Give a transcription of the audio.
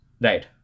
Right